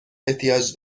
احتیاج